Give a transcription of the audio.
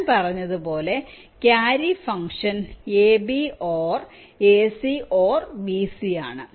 ഞാൻ പറഞ്ഞതുപോലെ carry function AB OR AC OR BC ആണ്